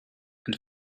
and